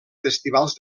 festivals